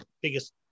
biggest